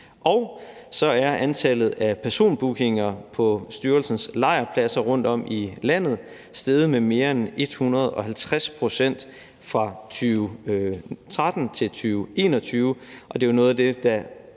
Og så er antallet af personbookinger på styrelsens lejrpladser rundtom i landet steget med mere end 150 pct. fra 2013 til 2021,